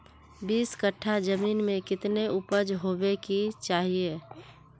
बीस कट्ठा जमीन में कितने उपज होबे के चाहिए?